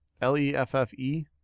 L-E-F-F-E